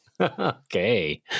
Okay